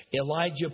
Elijah